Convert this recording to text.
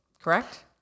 correct